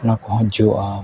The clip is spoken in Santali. ᱚᱱᱟ ᱠᱚᱦᱚᱸ ᱡᱚᱜᱼᱟ